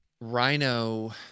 Rhino